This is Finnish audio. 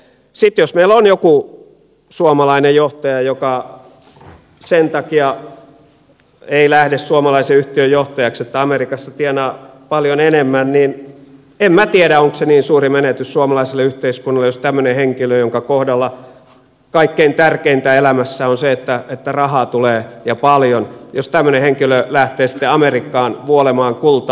sitten jos meillä on joku suomalainen johtaja joka sen takia ei lähde suomalaisen yhtiön johtajaksi että amerikassa tienaa paljon enemmän niin en minä tiedä onko se niin suuri menetys suomalaiselle yhteiskunnalle jos tämmöinen henkilö jonka kohdalla kaikkein tärkeintä elämässä on se että rahaa tulee ja paljon lähtee sitten amerikkaan vuolemaan kultaa